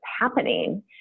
happening